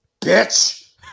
bitch